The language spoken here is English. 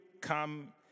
come